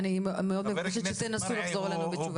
אני מבקשת שתחזרו לנו עם תשובה.